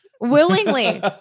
Willingly